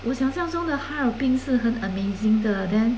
我想象中的哈尔滨是很 amazing 的 then